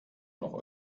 noch